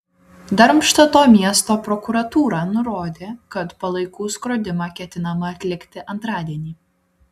darmštato miesto prokuratūra nurodė kad palaikų skrodimą ketinama atlikti antradienį